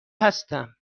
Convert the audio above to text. هستم